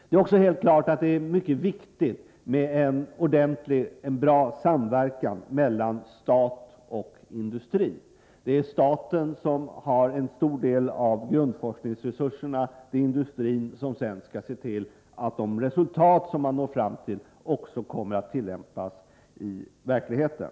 Det är också helt klart att det är mycket viktigt med en bra samverkan mellan stat och industri. Det är staten som har större delen av grundforskningsresurserna; det är industrin som skall se till att de resultat som man når fram till också kommer att tillämpas i verkligheten.